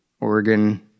Oregon